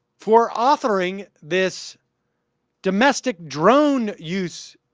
for offering this domestic drone use